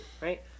right